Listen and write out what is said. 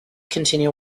continue